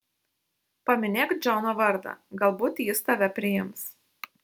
paminėk džono vardą galbūt jis tave priims